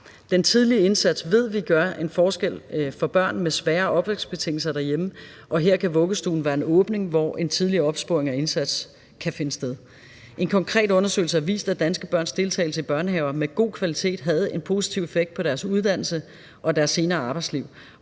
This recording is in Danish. Den tidlige indsats ved vi gør en forskel for børn med svære opvækstbetingelser derhjemme, og her kan vuggestuen være en åbning, hvor en tidlig opsporing og indsats kan finde sted. En konkret undersøgelse har vist, at danske børns deltagelse i børnehaver med god kvalitet havde en positiv effekt på deres uddannelse og deres senere arbejdsliv,